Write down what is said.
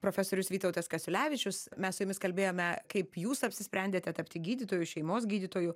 profesorius vytautas kasiulevičius mes su jumis kalbėjome kaip jūs apsisprendėte tapti gydytoju šeimos gydytoju